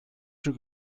çok